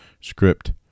Script